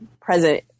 present